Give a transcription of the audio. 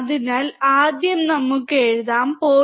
അതിനാൽ ആദ്യം നമുക്ക് എഴുതാം 0